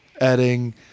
adding